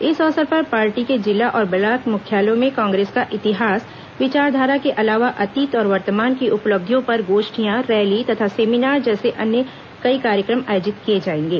इस अवसर पर पार्टी के जिला और ब्लॉक मुख्यालयों में कांग्रेस का इतिहास विचारधारा के अलावा अतीत और वर्तमान की उपलब्धियों पर गोष्ठियां रैली तथा सेमीनार जैसे अन्य कई कार्यक्रम आयोजित किए जाएंगे